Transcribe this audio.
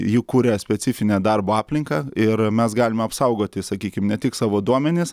ji kuria specifinę darbo aplinką ir mes galime apsaugoti sakykim ne tik savo duomenis